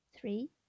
three